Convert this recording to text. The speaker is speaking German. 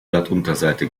blattunterseite